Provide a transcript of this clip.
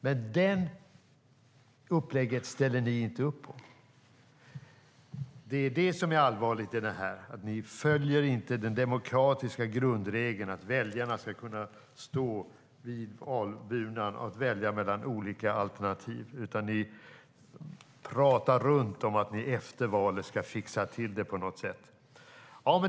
Men detta upplägg ställer ni inte upp på, och det är det som är allvarligt i det här. Ni följer inte den demokratiska grundregeln att väljarna ska kunna stå vid valurnan och välja mellan olika alternativ, utan ni pratar runt om att ni efter valet ska fixa till det på något sätt.